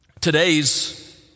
today's